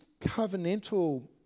covenantal